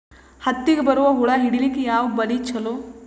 ಹತ್ತಿಗ ಬರುವ ಹುಳ ಹಿಡೀಲಿಕ ಯಾವ ಬಲಿ ಚಲೋ?